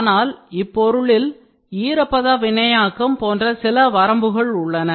ஆனால் இப்பொருளில் ஈரப்பத வினையாக்கம் போன்ற சில வரம்புகள் உள்ளன